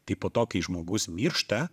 tai po to kai žmogus miršta